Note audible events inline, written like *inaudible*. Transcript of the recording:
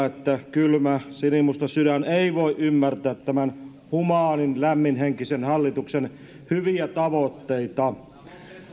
*unintelligible* että kylmä sinimusta sydän ei voi ymmärtää tämän humaanin lämminhenkisen hallituksen hyviä tavoitteita